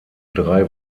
drei